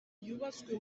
yubatswe